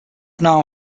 now